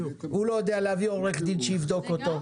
הוא לא יודע להביא עורך דין שיבדוק אותו,